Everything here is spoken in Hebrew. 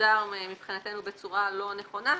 מוגדר מבחינתנו בצורה לא נכונה,